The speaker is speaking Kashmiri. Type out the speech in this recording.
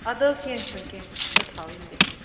اَدٕ حظ کیٚنٛہہ چھُنہٕ کیٚنٛہہ چھُنہٕ بہٕ تھاوٕ یِم لیٚکھِتھ